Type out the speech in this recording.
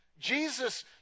Jesus